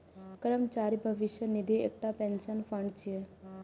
कर्मचारी भविष्य निधि एकटा पेंशन फंड छियै